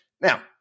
Now